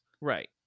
right